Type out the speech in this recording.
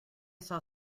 saw